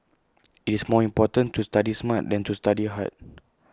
IT is more important to study smart than to study hard